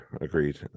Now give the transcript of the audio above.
agreed